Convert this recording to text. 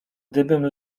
gdybym